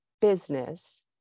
business